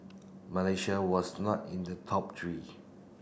Malaysia was not in the top three